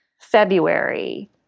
February